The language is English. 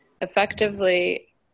effectively